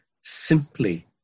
simply